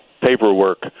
paperwork